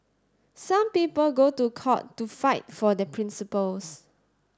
some people go to court to fight for their principles